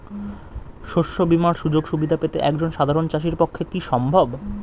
শস্য বীমার সুযোগ সুবিধা পেতে একজন সাধারন চাষির পক্ষে কি সম্ভব?